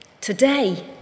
Today